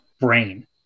brain